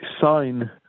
sign